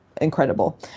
incredible